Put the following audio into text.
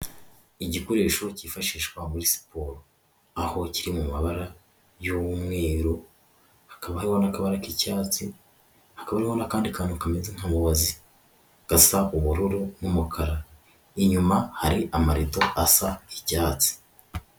Igikoresho cyifashishwa muri siporo, aho kiri mu mabara y'umweru, hakaba hariho n'akabara k'icyatsi, kandi kantu kamera nka mubazi gasa ubururu n'umukara, inyuma hari amarito asa icyatsi.